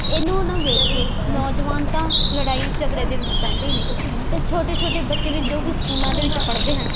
ਇਹਨੂੰ ਉਹਨੂੰ ਵੇਖ ਕੇ ਨੌਜਵਾਨ ਤਾਂ ਲੜਾਈ ਝਗੜੇ ਦੇ ਵਿੱਚ ਪੈਂਦੇ ਹੀ ਨੇ ਅਤੇ ਛੋਟੇ ਛੋਟੇ ਬੱਚੇ ਵਿੱਚ ਜੋ ਕਿ ਸਕੂਲਾਂ ਦੇ ਵਿੱਚ ਪੜ੍ਹਦੇ ਹਨ